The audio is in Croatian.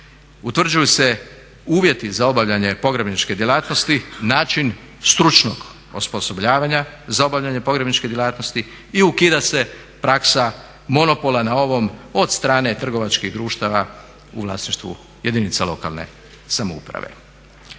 utvrđuju se uvjeti za obavljanje pogrebničke djelatnosti, način stručnog osposobljavanja za obavljanje pogrebničke djelatnosti, i ukida se praksa monopola na ovom od strane trgovačkih društava u vlasništvu jedinica lokalne samouprave.